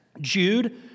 Jude